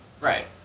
Right